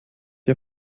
ihr